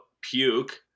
puke